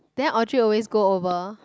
then Audrey always go over